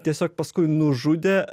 tiesiog paskui nužudė